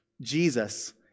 Jesus